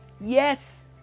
Yes